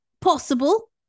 possible